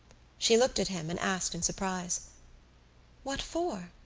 she looked at him and asked in surprise what for?